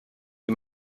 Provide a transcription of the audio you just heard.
wie